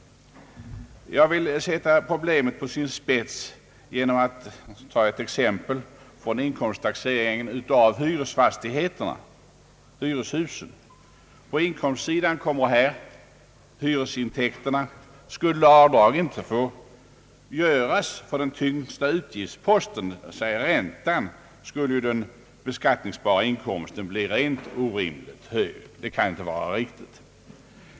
Jag vill ställa problemet på sin spets genom att ta ett exempel från inkomsttaxeringen av hyreshus. På inkomstsidan kommer i detta fall hyresintäkterna. Skulle avdrag inte få göras för den tyngsta utgiftsposten, dvs. räntan, skulle den beskattningsbara inkomsten bli orimligt hög och skatten i proportion härtill. Det kan inte vara riktigt.